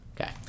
Okay